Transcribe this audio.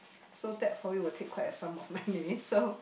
so that probably will take quite a sum of money so